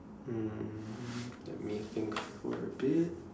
um let me think for a bit